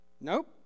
Nope